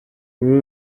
kuba